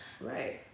Right